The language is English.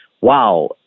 wow